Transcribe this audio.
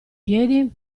piedi